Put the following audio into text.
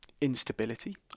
instability